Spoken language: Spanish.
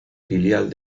filial